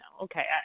okay